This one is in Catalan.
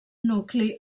nucli